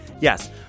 yes